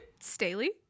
Staley